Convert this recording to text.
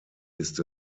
ist